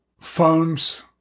phones